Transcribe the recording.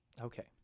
okay